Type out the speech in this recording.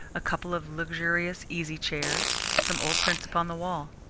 a couple of luxurious easy-chairs, some old prints upon the wall.